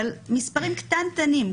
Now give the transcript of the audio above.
אבל אלה מספרים קטנטנים.